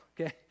okay